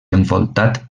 envoltat